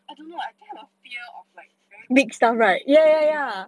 I don't know I think I have fear of like very big !hannor!